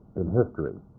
in history.